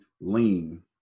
lean